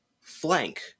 flank